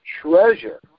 treasure